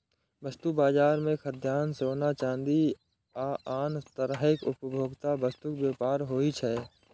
वस्तु बाजार मे खाद्यान्न, सोना, चांदी आ आन तरहक उपभोक्ता वस्तुक व्यापार होइ छै